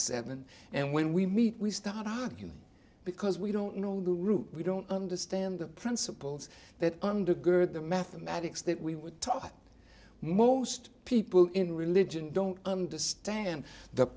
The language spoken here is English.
seven and when we meet we start arguing because we don't know the route we don't understand the principles that undergird the mathematics that we were taught most people in religion don't understand the